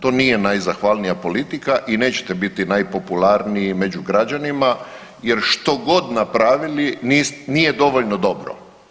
To nije najzahvalnija politika i nećete biti najpopularniji među građanima, jer što god napravili nije dovoljno dobro.